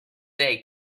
they